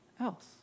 else